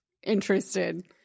interested